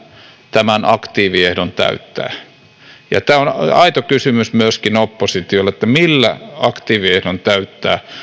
tämän aktiiviehdon täyttää tämä on aito kysymys myöskin oppositiolle millä aktiiviehdon täyttää